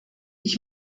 ich